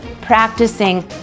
practicing